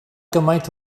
gymaint